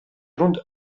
rund